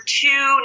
two